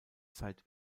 zeit